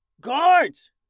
Guards